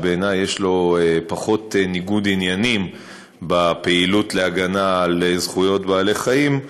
שבעיני יש לו פחות ניגוד עניינים בפעילות להגנה על זכויות בעלי-חיים,